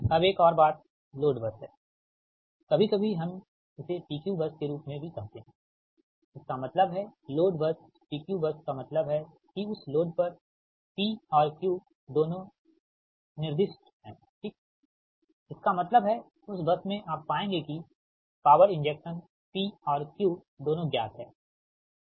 अब एक और बात लोड बस है कभी कभी हम इसे PQ बस के रूप में भी कहते हैं इसका मतलब है load bus P Q bus का मतलब है कि उस लोड पर P और Q दोनों निर्दिष्ट हैं ठीक इसका मतलब है उस बस में आप पाएंगे कि पॉवर इंजेक्शन P और Q दोनों ज्ञात है ठीक है